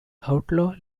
outlaw